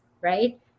right